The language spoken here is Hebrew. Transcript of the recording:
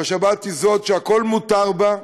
שהשבת היא שהכול מותר בה,